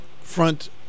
front